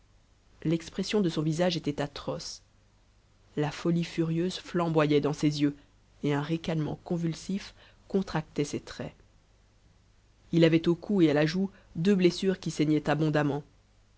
l'expression de son visage était atroce la folie furieuse flamboyait dans ses yeux et un ricanement convulsif contractait ses traits il avait au cou et à la joue deux blessures qui saignaient abondamment